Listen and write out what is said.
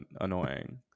annoying